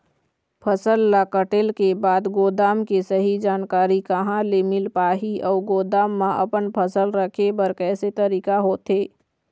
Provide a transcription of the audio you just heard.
फसल ला कटेल के बाद गोदाम के सही जानकारी कहा ले मील पाही अउ गोदाम मा अपन फसल रखे बर कैसे तरीका होथे?